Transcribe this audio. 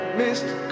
missed